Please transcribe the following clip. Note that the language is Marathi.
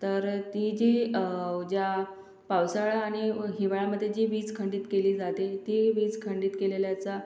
तर ती जी अव ज्या पावसाळा आणि हिवाळ्यामध्ये जी वीज खंडित केली जाते ती वीज खंडित केलेल्याचा